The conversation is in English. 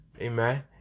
amen